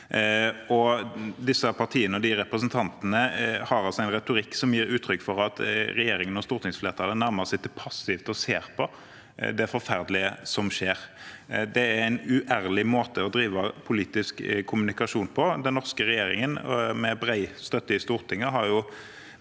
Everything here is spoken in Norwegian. disse partiene, og de representantene, har altså en retorikk som gir uttrykk for at regjeringen og stortingsflertallet nærmest sitter passivt og ser på det forferdelige som skjer. Det en uærlig måte å drive politisk kommunikasjon på. Den norske regjeringen, med bred støtte i Stortinget, har jo